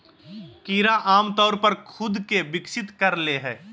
कीड़ा आमतौर पर खुद के विकसित कर ले हइ